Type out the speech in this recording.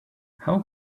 how